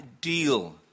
deal